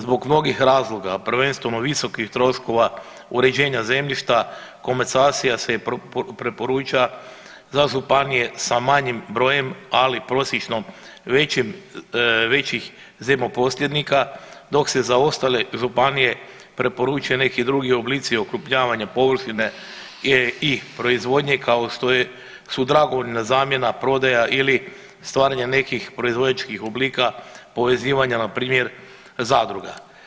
Zbog mnogih razloga, a prvenstveno visokih troškova uređenja zemljišta komasacija se preporuča za županije sa manjim brojem ali prosječno većem, većih zemljoposjednika dok se za ostale županije preporučuje neki drugi oblici okrupnjavanja površine … proizvodnje kao što je, su dragovoljna zamjena, prodaja ili stvaranja nekih proizvođačkih oblika povezivanja npr. zadruga.